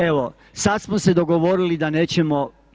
Evo sada smo se dogovorili da nećemo.